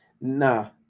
Nah